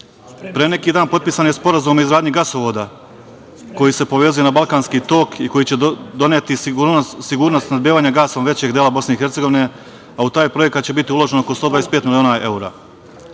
neki dan potpisan je Sporazum o izgradnji gasovoda koji se povezuje na Balkanski tok i koji će doneti sigurnost snabdevanja gasom većeg dela Bosne i Hercegovine, a u taj projekat će biti uloženo oko 125 miliona evra. Na